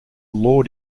law